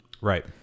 Right